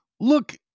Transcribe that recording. Look